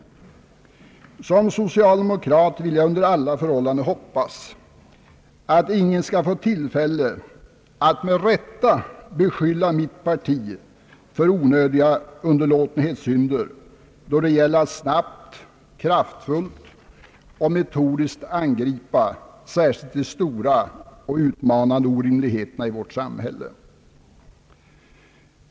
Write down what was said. Såsom socialdemokrat vill jag under alla förhållanden hoppas att ingen skall få tillfälle att med rätta beskylla mitt parti för onödiga underlåtenhetssynder då det gäller att snabbt, kraftfullt och metodiskt angripa särskilt de stora och utmanande orimligheterna i vårt samhälle.